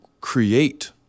create